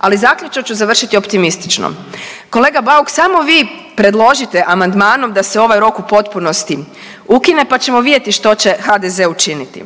Ali zaključak ću završiti optimistično. Kolega Bauk samo vi predložite amandmanom da se ovaj rok u potpunosti ukine pa ćemo vidjeti što se HDZ učiniti